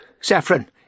Saffron